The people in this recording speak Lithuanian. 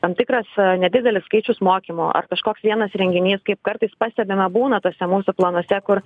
tam tikras nedidelis skaičius mokymų ar kažkoks vienas renginys kaip kartais pastebima būna tuose mūsų planuose kur